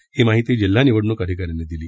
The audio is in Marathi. ही माहिती जिल्हा निवडणूक अधिकाऱ्यांनी दिली